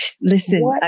Listen